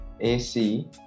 AC